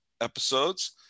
episodes